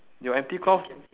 your empty cloth